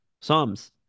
psalms